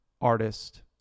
artist